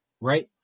right